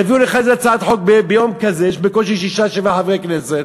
יביאו לך איזה הצעת חוק ביום כזה שיש בקושי שישה-שבעה חברי כנסת,